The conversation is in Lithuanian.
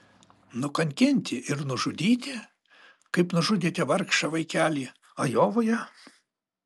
nukankinti ir nužudyti kaip nužudėte vargšą vaikelį ajovoje